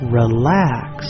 relax